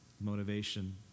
motivation